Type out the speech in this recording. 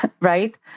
right